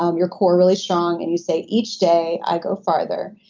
um your core really strong, and you say, each day, i go farther,